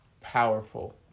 powerful